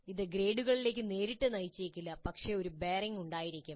ഇത് ഗ്രേഡുകളിലേക്ക് നേരിട്ട് നയിച്ചേക്കില്ല പക്ഷേ അതിന് ഒരു ബെയറിംഗ് ഉണ്ടായിരിക്കണം